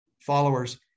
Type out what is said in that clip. followers